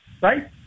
right